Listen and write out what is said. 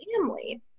family